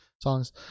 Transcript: songs